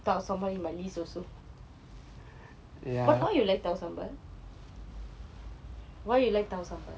tau sambal in my list also but why you like tau sambal why you like tau sambal